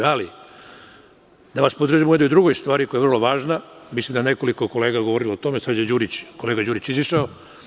Ali, da vas podržim i u jednoj drugoj stvari koja je vrlo važna, mislim da je nekoliko kolega govorilo o tome, sada je kolega Đurić izašao.